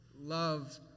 love